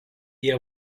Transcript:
jie